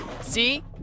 See